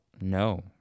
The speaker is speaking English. no